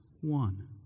one